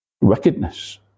Wickedness